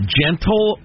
gentle